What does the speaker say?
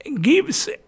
Gives